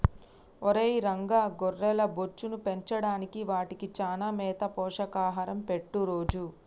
ఒరై రంగ గొర్రెల బొచ్చును పెంచడానికి వాటికి చానా మేత పోషక ఆహారం పెట్టు రోజూ